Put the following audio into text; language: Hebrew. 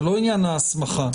זה לא עניין ההסמכה.